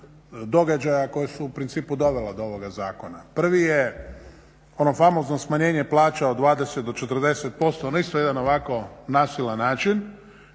događaja koja su u principu dovela do ovoga zakona. Prvi je ono famozno smanjenje plaća od 20-40% na isto jedan ovako nasilan način,